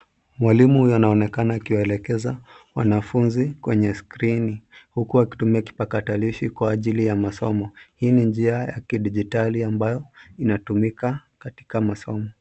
Mwalimu huyu anaonekana akiwaelekeza wanafunzi kwenye skrini huku akitumia kipakatalishi kwa ajili ya masomo. Hii ni njia ya kidijitali ambayo inatumika katika masomo.